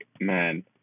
man